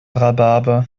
rhabarber